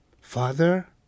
father